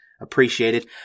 appreciated